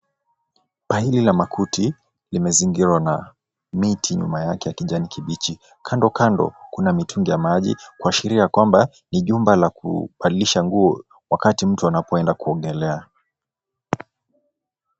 Bandi la makuti limezingirwa na miti nyuma yake ya kijani kibichi. Kando kando, kuna mitungi ya maji kuashiria kwamba ni jumba la kubadilisha nguo wakati mtu anapoenda kuogelea.